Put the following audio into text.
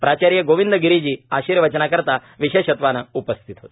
आचार्य गोविंदगिरीजी आशीर्वचनाकरिता विशेषत्वाने उपस्थित होते